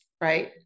right